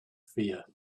fear